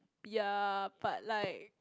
ya but like